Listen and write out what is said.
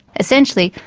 essentially,